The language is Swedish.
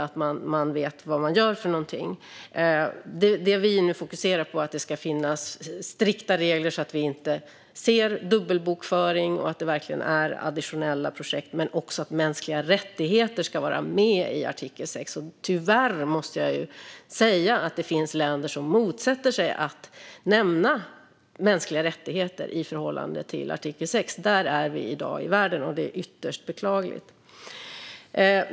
Man måste vara uppmärksam på detta, så att man vet vad man gör för någonting. Det vi nu fokuserar på är att det ska finnas strikta regler så att vi slipper se dubbelbokföring och så att det verkligen är additionella projekt. Men det handlar också om att mänskliga rättigheter ska vara med i artikel 6. Tyvärr måste jag säga att det finns länder som motsätter sig att mänskliga rättigheter nämns i förhållande till artikel 6. Där är vi i dag i världen, och det är ytterst beklagligt.